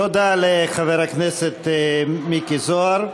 תודה רבה לחבר הכנסת מיקי זוהר.